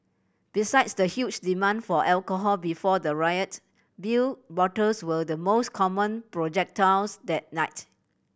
besides the huge demand for alcohol before the riot beer bottles well the most common projectiles that night